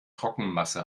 trockenmasse